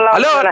hello